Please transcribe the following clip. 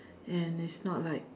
and it's not like